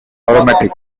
aromatic